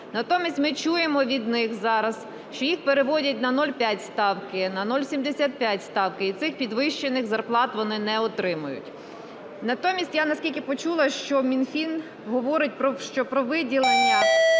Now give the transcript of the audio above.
Натомість ми чуємо від них зараз, що їх переводять на 0,5 ставки, на 0,75 ставки, і цих підвищених зарплат вони не отримають. Натомість, я наскільки почула, що Мінфін говорить, що про виділення